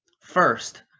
First